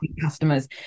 customers